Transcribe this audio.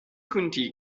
county